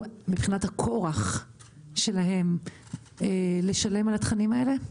מבחינת הכורח שלהן לשלם על התכנים האלה?